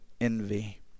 envy